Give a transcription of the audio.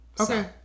Okay